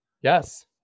Yes